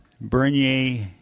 Bernier